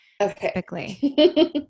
Okay